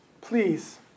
please